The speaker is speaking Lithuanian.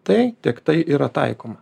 tai tiktai yra taikoma